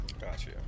Gotcha